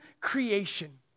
creation